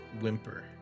whimper